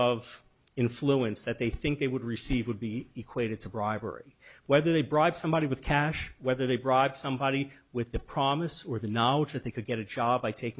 of influence that they think they would receive would be equated to bribery whether they bribe somebody with cash whether they bribe somebody with the promise or the knowledge that they could get a job by tak